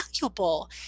valuable